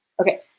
Okay